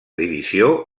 divisió